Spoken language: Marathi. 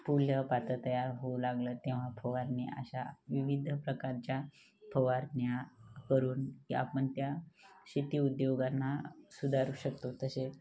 फुलं पातं तयार होऊ लागलं तेव्हा फवारणी अशा विविध प्रकारच्या फवारण्या करून आपण त्या शेती उद्योगांना सुधारू शकतो तसेच